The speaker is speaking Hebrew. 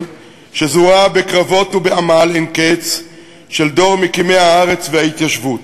שזורה בקרבות ובעמל אין קץ של דור מקימי הארץ וההתיישבות.